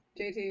JT